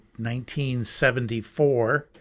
1974